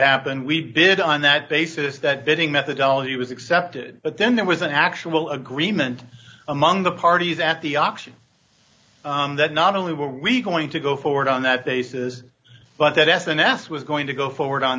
happened we bid on that basis that bidding methodology was accepted but then there was an actual agreement among the parties at the auction that not only were we going to go forward on that basis but that s n s was going to go forward on